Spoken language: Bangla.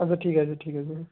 আচ্ছা ঠিক আছে ঠিক আছে